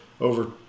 over